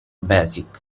basic